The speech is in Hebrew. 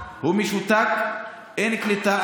אין קליטה.